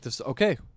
Okay